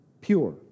pure